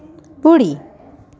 बु॒ड़ी